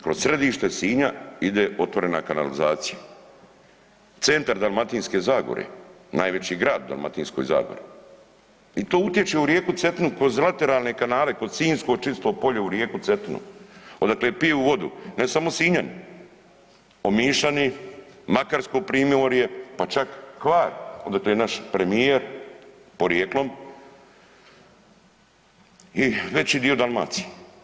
Kroz središte Sinja ide otvorena kanalizacija, centar Dalmatinske zagore, najveći grad u Dalmatinskoj zagori i to utječe u rijeku Cetinu kroz …/nerazumljivo/… kanale kroz sinjsko čisto polje u rijeku Cetinu odakle piju vodu ne samo Sinjani, Omišani, Makarsko primorje pa čak Hvar odakle je naš premijer porijeklom i veći dio Dalmacije.